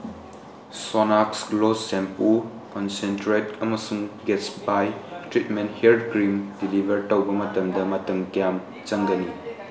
Sonax gloss ꯁꯦꯝꯄꯨ concentrate ꯑꯃꯁꯨꯡ ꯒꯦꯠꯁꯕꯥꯏ ꯇ꯭ꯔꯤꯠꯃꯦꯟ ꯍꯤꯌꯔ ꯀ꯭ꯔꯤꯝ ꯗꯤꯂꯤꯚꯔ ꯇꯧꯕ ꯃꯇꯝꯗ ꯃꯇꯝ ꯀꯌꯥꯝ ꯆꯪꯒꯅꯤ